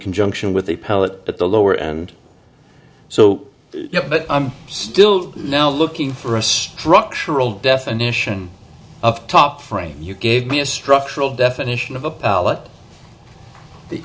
conjunction with the pellet at the lower and so but i'm still now looking for a structural definition of top frame you gave me a structural definition of a palette the